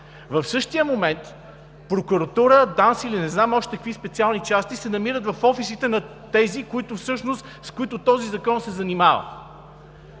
в същия момент прокуратура, ДАНС или не знам още какви специални части се намират в офисите на тези, с които всъщност този закон се занимава.